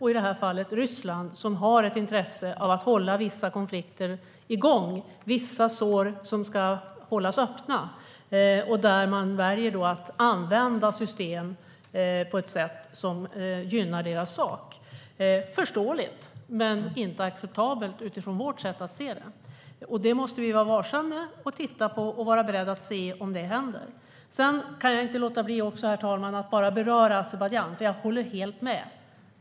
I det här fallet är det Ryssland som har ett intresse av att hålla vissa konflikter igång och vissa sår öppna och som väljer att använda system på ett sätt som gynnar deras sak. Det är förståeligt men inte acceptabelt utifrån vårt sätt att se det. Där måste vi vara varsamma och beredda på att se om det händer. Herr talman! Jag kan inte låta bli att beröra Azerbajdzjan, för jag håller helt med.